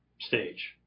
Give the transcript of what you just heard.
stage